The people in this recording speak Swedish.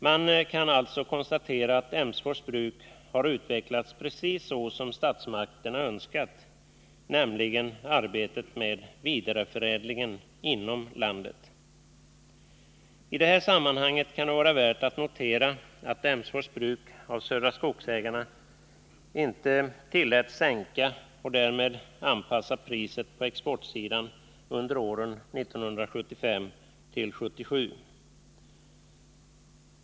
Man kan alltså konstatera att Emsfors bruk har utvecklats precis så som statsmakterna önskat — bruket har nämligen arbetat med vidareförädling inom landet. I det hä ammanhanget kan det vara värt att notera att Emsfors bruk av Södra Skogsägarna inte tilläts sänka och därmed anpassa priset på exportsidan under åren 1975-1977.